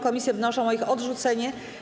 Komisje wnoszą o ich odrzucenie.